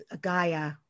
Gaia